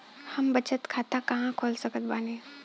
हम बचत खाता कहां खोल सकत बानी?